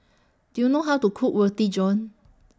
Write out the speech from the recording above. Do YOU know How to Cook Roti John